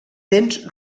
dents